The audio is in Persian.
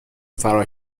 فرار